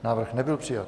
Návrh nebyl přijat.